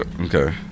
Okay